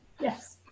Yes